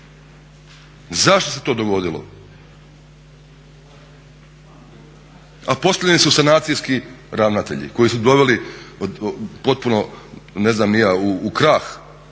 Zašto se to dogodilo? A postavljeni su sanacijski ravnatelji koji su doveli potpuno u krah